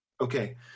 Okay